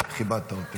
וכיבדת אותי.